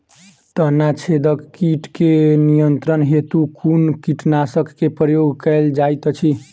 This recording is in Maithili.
तना छेदक कीट केँ नियंत्रण हेतु कुन कीटनासक केँ प्रयोग कैल जाइत अछि?